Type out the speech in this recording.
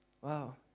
Wow